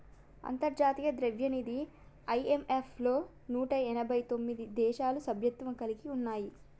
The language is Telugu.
అంతర్జాతీయ ద్రవ్యనిధి ఐ.ఎం.ఎఫ్ లో నూట ఎనభై తొమ్మిది దేశాలు సభ్యత్వం కలిగి ఉన్నాయి